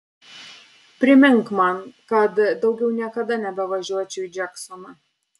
primink man kad daugiau niekada nebevažiuočiau į džeksoną